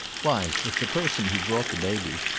why, if the person who brought the baby,